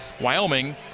Wyoming